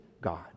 God